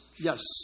Yes